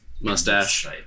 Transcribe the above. mustache